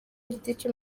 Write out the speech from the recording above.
igiti